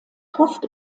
hofft